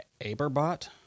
Aberbot